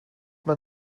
mae